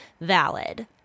valid